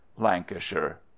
Lancashire